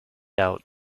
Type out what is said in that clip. out